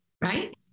right